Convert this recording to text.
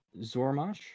Zormash